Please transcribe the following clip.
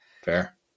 Fair